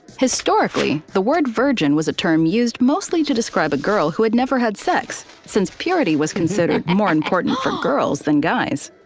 historically, the word virgin was a term used mostly to describe a girl who had never had sex, since purity was considered more important for girls than guys.